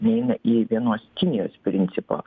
neina į vienos kinijos principo